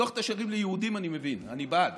לפתוח את השערים ליהודים, אני מבין, אני בעד.